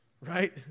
right